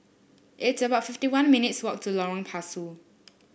it's about fifty one minutes walk to Lorong Pasu